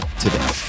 today